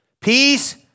Peace